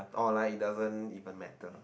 or like it doesn't even matter